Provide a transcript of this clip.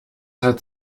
hat